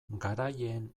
garaileen